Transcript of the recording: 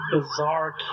bizarre